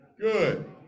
Good